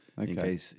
okay